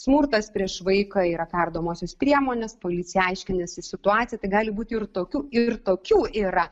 smurtas prieš vaiką yra kardomosios priemonės policija aiškinasi situaciją tai gali būti ir tokių ir tokių yra